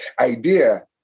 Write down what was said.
idea